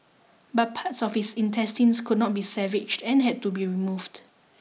but parts of his intestines could not be savaged and had to be removed